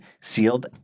sealed